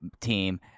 team